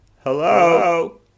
Hello